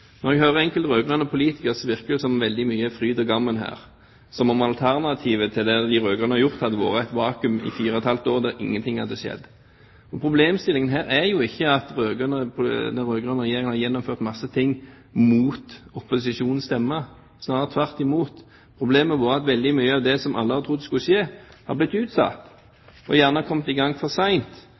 Når jeg hører enkelte rød-grønne politikere, virker det som om det er veldig mye fryd og gammen her – som om alternativet til det de rød-grønne har gjort, hadde vært et vakuum i fire og et halvt år der ingenting hadde skjedd. Problemstillingen er jo ikke at den rød-grønne regjeringen har gjennomført mange ting mot opposisjonens stemmer – snarere tvert imot. Problemet er at veldig mye av det som alle hadde trodd skulle skje, har blitt utsatt, eller har kommet i gang for